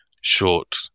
short